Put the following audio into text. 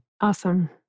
Awesome